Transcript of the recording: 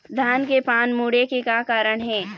धान के पान मुड़े के कारण का हे?